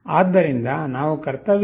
ಆದ್ದರಿಂದ ನಾವು ಕರ್ತವ್ಯ ಚಕ್ರವನ್ನು 0